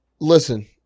Listen